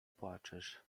płaczesz